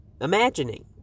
imagining